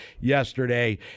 yesterday